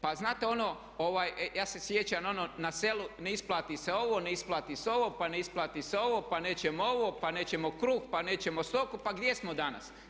Pa znate ono, ja se sjećam ono na selu ne isplati se ovo, ne isplati se ovo, pa ne isplati se ovo, pa nećemo ovo, pa nećemo kruh, pa nećemo stoku, pa gdje smo danas?